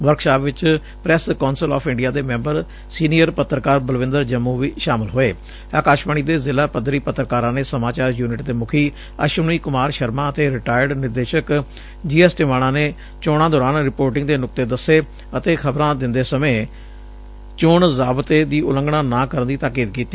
workshop ਵਿਚ press council of India ਦੇ ਅਕਾਸ਼ਵਾਣੀ ਦੇ ਜ਼ਿਲ੍ਹਾ ਪੱਧਰੀ ਪੱਤਰਕਾਰਾਂ ਨੇ ਸਮਾਚਾਰ ਯੂਨਿਟ ਦੇ ਮੁਖੀ ਅਸ਼ਨਵੀ ਕੁਮਾਰ ਸ਼ਰਮਾ ਅਤੇ ਰਿਟਾਇਰਡ ਨਿਦੇਸ਼ਕ ਜੀ ਐਸ ਟਿਵਾਣਾ ਨੇ ਚੋਣਾਂ ਦੌਰਾਨ ਰਿਪੌਰਟਿੰਗ ਦੇ ਨੁਕਤੇ ਦਸੇ ਅਤੇ ਖ਼ਬਰਾਂ ਦਿੰਦੇ ਸਮੇਂ ਚੋਣ ਜ਼ਾਬਤ ਦੀ ਉਲੰਘਣਾ ਨਾ ਕਰਨ ਦੀ ਤਾਕੀਦ ਕੀਤੀ